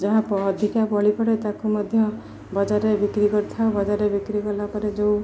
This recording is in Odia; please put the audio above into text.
ଯାହା ଅଧିକା ବଳି ପଡ଼େ ତାକୁ ମଧ୍ୟ ବଜାରରେ ବିକ୍ରି କରିଥାଉ ବଜାରରେ ବିକ୍ରି କଲା ପରେ ଯେଉଁ